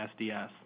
SDS